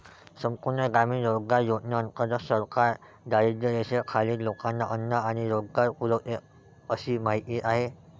संपूर्ण ग्रामीण रोजगार योजनेंतर्गत सरकार दारिद्र्यरेषेखालील लोकांना अन्न आणि रोजगार पुरवते अशी माहिती आहे